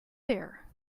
there